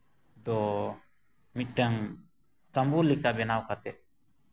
ᱫᱚ ᱢᱤᱫᱴᱟᱝ ᱛᱟᱹᱵᱩ ᱞᱮᱠᱟ ᱵᱮᱱᱟᱣ ᱠᱟᱛᱮ